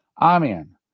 Amen